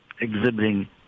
exhibiting